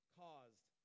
caused